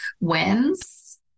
wins